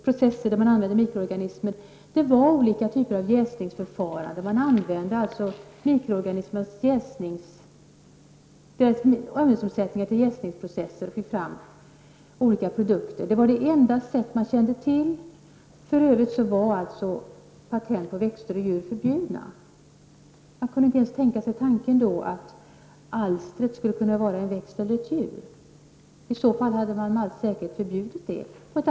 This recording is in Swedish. Då användes olika typer av jäsningsförfarande vid processer där mikroorganismer ingick och därigenom fick man fram olika produkter. Det var den enda metod som man kände till. För övrigt var patent på växter och djur förbjudna. Man kunde inte ens tänka sig att alstret skulle kunna vara en växt eller ett djur. I så fall hade detta på ett eller annat sätt förbjudits.